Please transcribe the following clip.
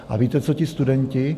A víte, co ti studenti?